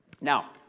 Now